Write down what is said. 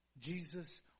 Jesus